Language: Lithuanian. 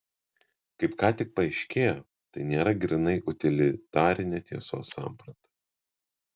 kaip ką tik paaiškėjo tai nėra grynai utilitarinė tiesos samprata